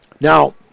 Now